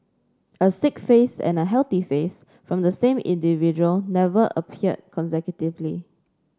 a sick face and healthy face from the same individual never appeared consecutively